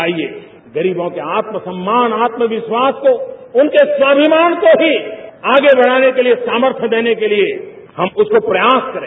आईए गरीबों के आत्मसम्मान आत्मविश्वास को उनके स्वामिमान को ही आगे बढ़ाने के लिए सामर्थ्य देने के लिए हम कुछ प्रयास करें